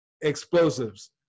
explosives